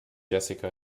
jessica